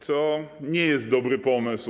To nie jest dobry pomysł.